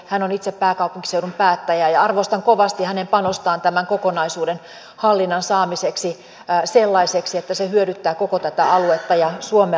hän on itse pääkaupunkiseudun päättäjä ja arvostan kovasti hänen panostaan tämän kokonaisuuden hallinnan saamiseksi sellaiseksi että se hyödyttää koko tätä aluetta ja suomea loppupeleissä